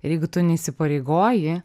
ir jeigu tu neįsipareigoji